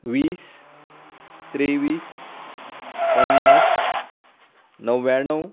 वीस त्रेवीस पन्नास णव्याण्णव